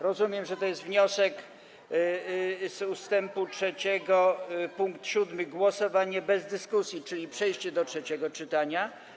Rozumiem, że to jest wniosek z ust. 3 pkt 7 - głosowanie bez dyskusji, czyli przejście do trzeciego czytania.